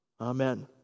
Amen